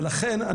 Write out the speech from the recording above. לכן,